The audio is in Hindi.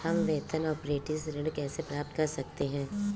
हम वेतन अपरेंटिस ऋण कैसे प्राप्त कर सकते हैं?